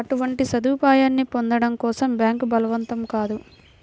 అటువంటి సదుపాయాన్ని పొందడం కోసం బ్యాంక్ బలవంతం కాదు